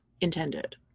intended